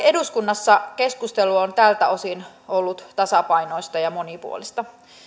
eduskunnassa keskustelu on tältä osin ollut tasapainoista ja monipuolista